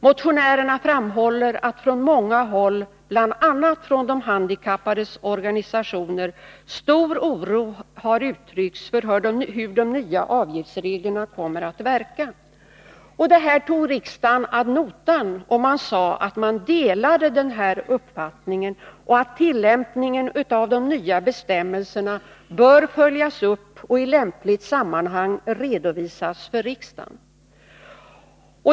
Motionärerna framhöll att det från många håll, bl.a. från de handikappades organisationer, hade uttryckts stor oro för hur de nya avgiftsreglerna skulle komma att verka. Detta tog riksdagen ad notam. Man sade att man delade denna uppfattning och att tillämpningen av de nya bestämmelserna bör följas upp och i lämpligt sammanhang redovisas för riksdagen.